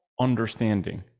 understanding